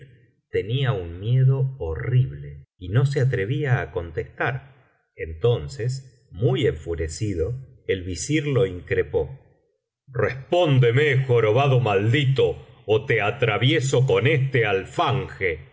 tenía un miedo horrible y no se atrevía á contestar entonces muy enfurecido el visir le increpó respóndeme jorobado maldito ó te atravieso con este alfanje y entonces el